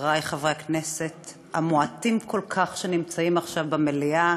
חברי חברי הכנסת המעטים כל כך שנמצאים עכשיו במליאה